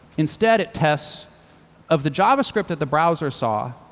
instead, it tests of the javascript that the browser saw,